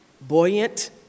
Buoyant